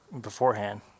beforehand